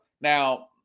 now